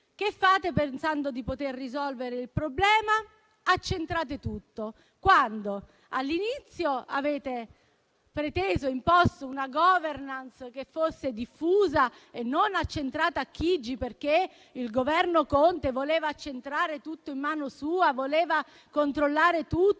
Che fate, pensando di poter risolvere il problema? Accentrate tutto, quando all'inizio avete preteso e imposto una *governance* che fosse diffusa e non accentrata a Palazzo Chigi, perché il Governo Conte voleva accentrare tutto in mano sua e controllare tutto;